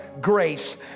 grace